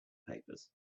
papers